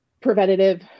preventative